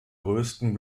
größten